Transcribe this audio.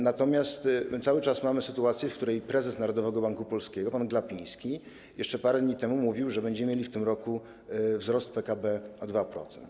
Natomiast cały czas mamy sytuację, w której prezes Narodowego Banku Polskiego pan Glapiński jeszcze parę dni temu mówił, że będziemy mieli w tym roku wzrost PKB o 2%.